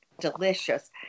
delicious